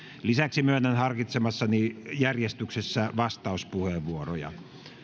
lisäksi myönnän harkitsemassani järjestyksessä vastauspuheenvuoroja